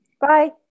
Bye